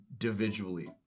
individually